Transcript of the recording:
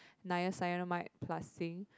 niacinamide plus zinc